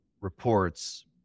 reports